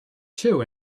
two